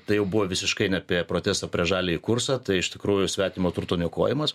tai jau buvo visiškai ne apie protestą prieš žaliąjį kursą tai iš tikrųjų svetimo turto niokojimas